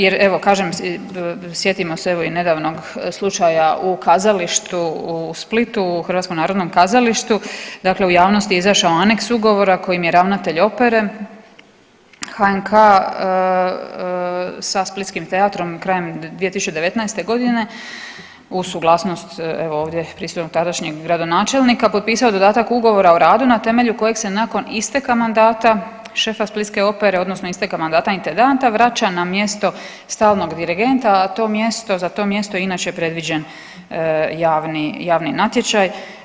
Jer evo kažem sjetimo se evo i nedavnog slučaja u kazalištu u Splitu u Hrvatskom narodom kazalištu, dakle u javnosti je izašao aneks ugovora kojim je ravnatelj opere HNK sa splitskim teatrom krajem 2019. godine uz suglasnost evo ovdje prisutnog tadašnjeg gradonačelnika potpisao dodatak ugovora o radu na temelju kojeg se nakon isteka mandata šefa splitske opere odnosno isteka mandata intendanta vraća na mjesto stalnog dirigenta, a to mjesto, za to mjesto inače je predviđen javni, javni natječaj.